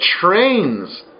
trains